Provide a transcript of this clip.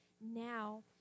now